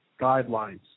guidelines